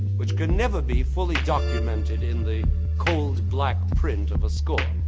which could never be fully documented in the cold black print of a score.